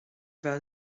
bheith